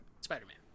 Spider-Man